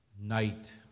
night